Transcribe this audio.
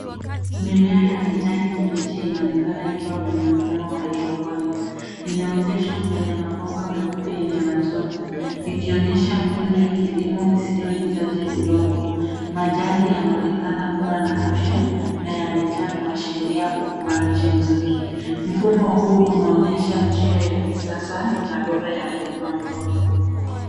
Mimea ya kijani kibichi inaonekana ikiwa kwenye mfumo wa hydroponics . Imeotesha kwenye mabomba meupe yenye matunda, ikionyesha mbinu ya kilimo isiyohitaji udongo. Majani yanaonekana kuwa na afya na yamejaa kuashiria ukuaji mzuri. Mfumo huu unaonyesha njia ya kisasa na bora ya kulima mboga.